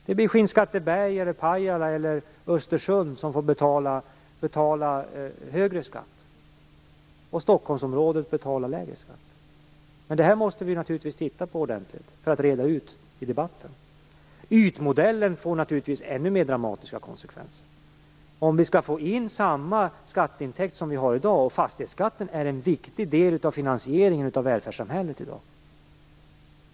Det blir Skinnskatteberg, Pajala eller Östersund som får betala högre skatt och Stockholmsområdet som får betala lägre skatt. Det här måste vi naturligtvis titta på ordentligt för att reda ut det i debatten. Ytmodellen får naturligtvis ännu mer dramatiska konsekvenser om vi skall få samma skatteintäkter som vi har i dag. Fastighetsskatten är ju en viktig del av finansieringen av välfärdssamhället i dag.